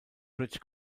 british